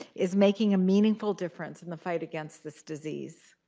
is making a meaningful difference in the fight against this disease.